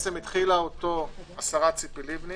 התחילה אותו השרה ציפי לבני